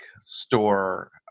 store